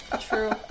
true